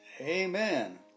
Amen